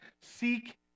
seek